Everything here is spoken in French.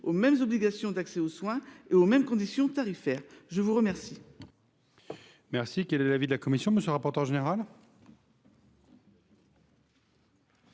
aux mêmes obligations d’accès aux soins et aux mêmes conditions tarifaires. Quel